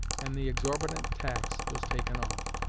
and the exorbitant tax was taken off.